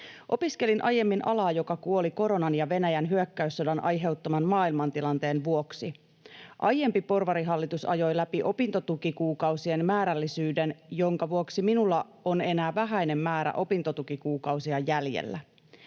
”Opiskelin aiemmin alaa, joka kuoli koronan ja Venäjän hyökkäyssodan aiheuttaman maailmantilanteen vuoksi. Aiempi porvarihallitus ajoi läpi opintotukikuukausien määrällisyyden, jonka vuoksi minulla on enää vähäinen määrä opintotukikuukausia jäljellä.